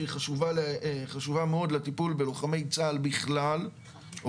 שהיא חשובה מאוד לטיפול בלוחמי בכלל או